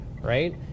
Right